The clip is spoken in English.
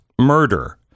Murder